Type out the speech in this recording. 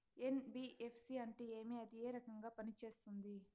NBFC అంటే ఏమి అది ఏ రకంగా పనిసేస్తుంది